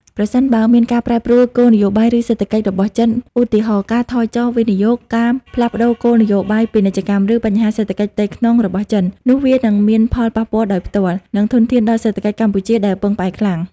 ប្រសិនបើមានការប្រែប្រួលគោលនយោបាយ ឬសេដ្ឋកិច្ចរបស់ចិន ឧទាហរណ៍ ការថយចុះវិនិយោគ ការផ្លាស់ប្តូរគោលនយោបាយពាណិជ្ជកម្ម ឬបញ្ហាសេដ្ឋកិច្ចផ្ទៃក្នុងរបស់ចិន នោះវានឹងមានផលប៉ះពាល់ដោយផ្ទាល់ និងធ្ងន់ធ្ងរដល់សេដ្ឋកិច្ចកម្ពុជាដែលពឹងផ្អែកខ្លាំង។